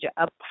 up